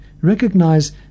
Recognize